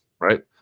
right